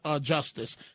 justice